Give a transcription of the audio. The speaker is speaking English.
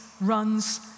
runs